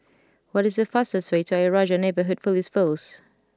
what is the fastest way to Ayer Rajah Neighbourhood Police Post